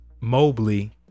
Mobley